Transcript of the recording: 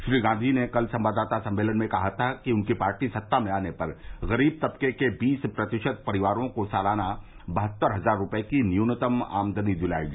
श्री गांधी ने कल संवाददाता सम्मेलन में कहा था कि उनकी पार्टी सत्ता में आने पर गरीब तबके के बीस प्रतिशत परिवारों को सालाना बहत्तर हजार रुपये की न्यूनतम आमदनी दिलायेगी